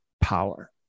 power